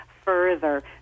further